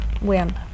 win